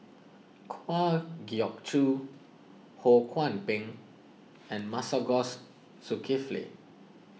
Kwa Geok Choo Ho Kwon Ping and Masagos Zulkifli